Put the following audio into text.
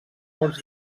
molts